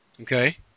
Okay